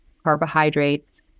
carbohydrates